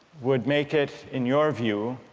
would make it, in your view,